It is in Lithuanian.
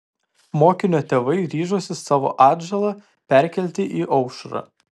mokinio tėvai ryžosi savo atžalą perkelti į aušrą